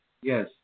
Yes